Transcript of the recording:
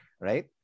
right